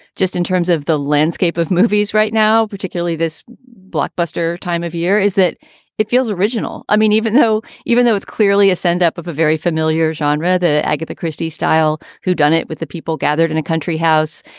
just in terms of the landscape of movies right now, particularly this blockbuster time of year, is that it feels original. i mean, even though even though it's clearly a send up of a very familiar genre, the agatha christie's style, who done it with the people gathered in a country house.